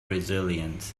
resilient